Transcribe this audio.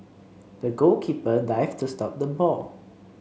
the goalkeeper dived to stop the ball